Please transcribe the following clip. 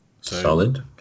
Solid